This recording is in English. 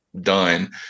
done